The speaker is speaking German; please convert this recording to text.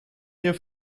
hier